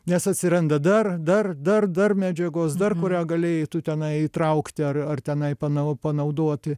nes atsiranda dar dar dar dar medžiagos dar galėjai tu tenai įtraukti ar ar tenai panaudoti